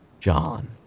John